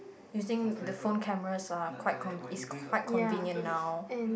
you think the phone cameras are quite con~ is quite convenient now